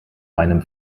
meinem